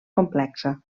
complexa